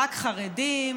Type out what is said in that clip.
רק חרדים,